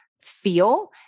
feel